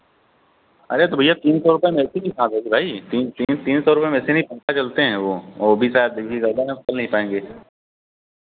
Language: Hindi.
अरे तो भैया तीन सौ रुपए में ए सी कहाँ मिलेगी भाई तीन तीन तीन सौ रुपए में ए सी नहीं पंखा चलते हैं वो और वो भी शायद बिज़ली ज़्यादा है चल नहीं पाएँगे